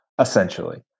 essentially